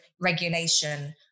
regulation